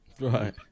Right